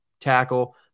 tackle